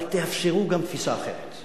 אבל תאפשרו גם תפיסה אחרת.